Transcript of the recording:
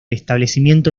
establecimiento